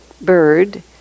bird